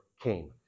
came